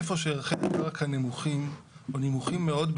איפה שערכי הקרקע נמוכים או נמוכים מאוד,